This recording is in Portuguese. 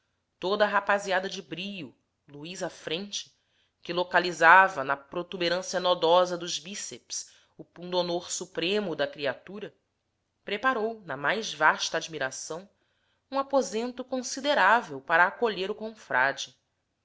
toda a rapaziada de brio o luís à frente que localizava na protuberância nodosa do bíceps o pundonor supremo da criatura preparou na mais vasta admiração um aposento considerável para acolher o confrade